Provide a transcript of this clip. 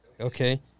okay